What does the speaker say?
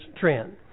trend